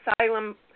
Asylum